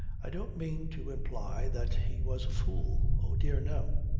i don't mean to imply that he was a fool. oh dear no!